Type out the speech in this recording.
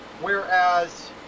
Whereas